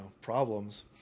problems